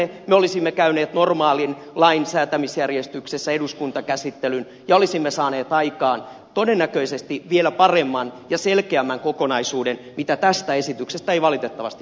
me olisimme käyneet normaalissa lainsäätämisjärjestyksessä eduskuntakäsittelyn ja olisimme saaneet aikaan todennäköisesti vielä paremman ja selkeämmän kokonaisuuden mitä tästä esityksestä ei valitettavasti voi sanoa